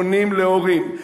פונים להורים,